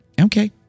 okay